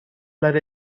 let